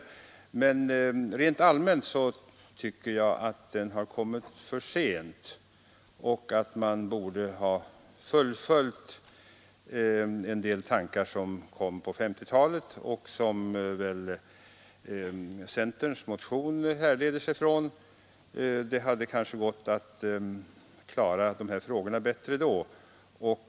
Nu vill jag rent allmänt säga att lagstiftningen i detta fall har kommit för sent. Man borde ha fullföljt en del tankar från 1950-talet, tankar som väl centerns motion i detta ärende härleder sig ifrån. Då hade det kanske gått att klara dessa frågor på ett bättre sätt.